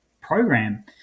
program